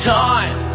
time